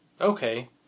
okay